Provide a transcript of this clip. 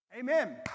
Amen